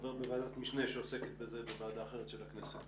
חבר בוועדת משנה שעוסקת בזה בוועדה אחרת של הכנסת.